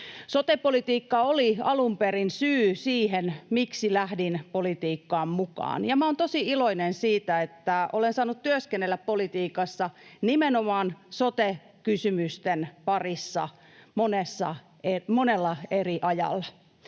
Sote-politiikka oli alun perin syy siihen, miksi lähdin politiikkaan mukaan, ja olen tosi iloinen siitä, että olen saanut työskennellä politiikassa nimenomaan sote-kysymysten parissa monella eri ajalla.